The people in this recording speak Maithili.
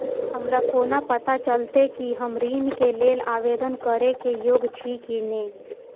हमरा कोना पताा चलते कि हम ऋण के लेल आवेदन करे के योग्य छी की ने?